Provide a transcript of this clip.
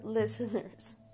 listeners